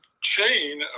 chain